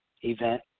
event